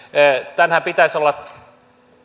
tämänhän pitäisi olla